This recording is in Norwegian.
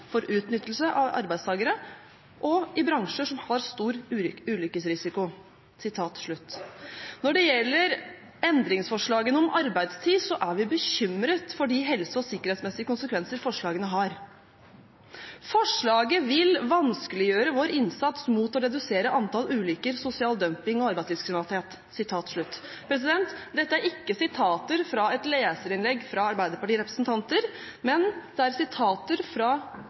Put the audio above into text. for utnyttelse av arbeidstakere, og i bransjer som har stor ulykkesrisiko. Sitat slutt. Når det gjelder endringsforslagene om arbeidstid, så er vi bekymret for de helse- og sikkerhetsmessige konsekvenser forslagene har. Forslaget vil vanskeliggjøre vår innsats mot å redusere antall ulykker, sosial dumping og arbeidslivskriminalitet. Sitat slutt. Dette er ikke sitater fra et leserinnlegg fra Arbeiderparti-representanter, det er